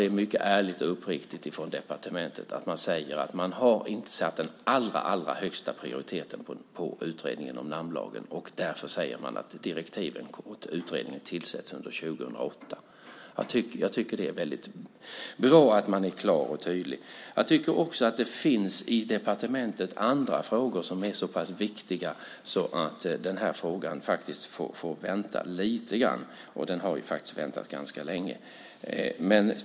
Det är mycket ärligt och uppriktigt från departementet att man säger att man inte har satt den allra högsta prioriteten på utredningen om namnlagen. Därför säger man att direktiven till utredningen kommer och utredningen tillsätts under 2008. Det är väldigt bra att man är klar och tydligt. Det finns i departementet andra frågor som är så pass viktiga att den här frågan får vänta lite grann. Den har redan väntat ganska länge.